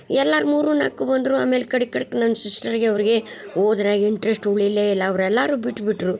ಎಲ್ಲಾ ಮೂರು ನಾಲ್ಕು ಬಂದರು ಆಮೇಲೆ ಕಡಿಕ್ ಕಡಿಕ್ ನನ್ನ ಸಿಸ್ಟರ್ಗೆ ಅವ್ರ್ಗೆ ಓದ್ರಾಗ ಇಂಟ್ರೆಸ್ಟ್ ಉಳಿಲೆ ಇಲ್ಲಾ ಅವರೆಲ್ಲರು ಬಿಟ್ಬಿಟ್ಟರು